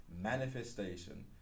manifestation